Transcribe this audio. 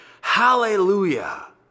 Hallelujah